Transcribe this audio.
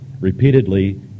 repeatedly